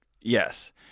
Yes